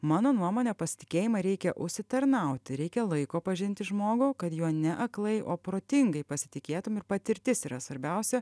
mano nuomone pasitikėjimą reikia užsitarnauti reikia laiko pažinti žmogų kad jo ne aklai o protingai pasitikėtum ir patirtis yra svarbiausia